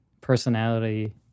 personality